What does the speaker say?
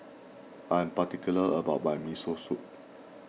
I am particular about my Miso Soup